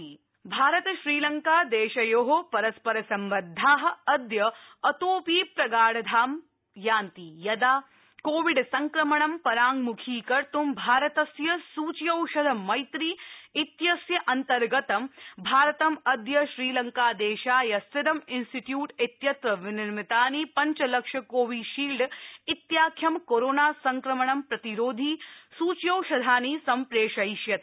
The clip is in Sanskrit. इण्डिया श्रीलंका वैक्सीन भारत श्रीलंका देशयो परस्परसम्बन्धा अद्य अतोऽपि प्रगाढतां यान्ति यदा कोविड संक्रमणं पराङ्वखीकत्त् भारतस्य सूच्यौषध मैत्री इत्यस्य अन्तर्गत भारत अद्य श्रीलंकादेशाय सीरम इन्स्टीट्यूट इत्यत्र विनिर्मितानि पञ्चलक्ष कोविशील्ड इत्याख्यं कोरोना संक्रमणं प्रतिरोधी सूच्यौषधानि सम्प्रेषयिष्यते